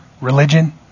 religion